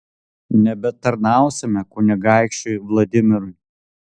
nebetarnausime kunigaikščiui vladimirui